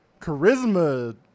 charisma